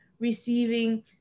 receiving